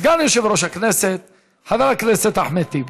סגן יושב-ראש הכנסת חבר הכנסת אחמד טיבי.